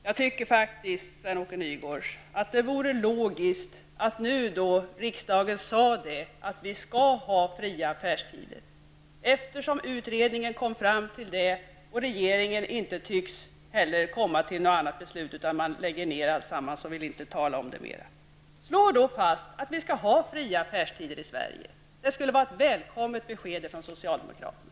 Jag tycker faktiskt, Sven-Åke Nygårds att det vore logiskt att riksdagen nu uttalade att vi skall ha fria affärstider, eftersom utredningen kom fram till det och regeringen inte heller tycks komma till något annat beslut och inte vill tala om detta mer. Slå då fast att vi skall ha fria affärstider i Sverige. Det skulle vara ett välkommet besked från socialdemokraterna.